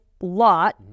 lot